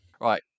Right